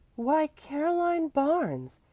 why caroline barnes,